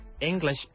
English